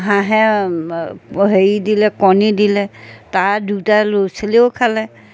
হাঁহে হেৰি দিলে কণী দিলে তাৰ দুটা ল'ৰা ছোৱালীয়েও খালে